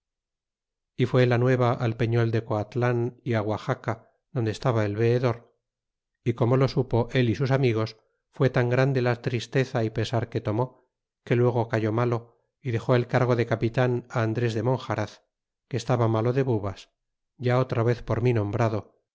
y fue la nueva al peñol de coatlan y guaxaca donde estaba el veedor y como lo supo él y sus amigos fue tan grande la tristeza y pesar que tomó que luego cayó malo y dexó el cargo de capitan andres de monjaraz que estaba malo de bubas ya otra vez por tni nombrado